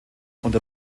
unter